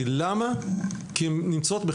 כולל רקעים לא